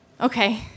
okay